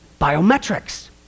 biometrics